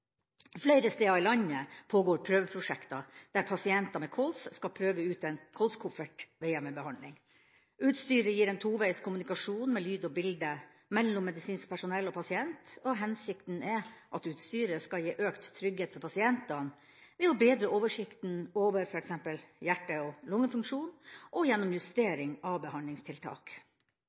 Flere steder i landet pågår prøveprosjekter der pasienter med kols skal prøve ut en kolskoffert ved hjemmebehandling. Utstyret gir en toveis kommunikasjon med lyd og bilde mellom medisinsk personell og pasient, og hensikten er at utstyret skal gi økt trygghet for pasientene ved å bedre oversikten over f.eks. hjerte- og lungefunksjon og gjennom justering av behandlingstiltak.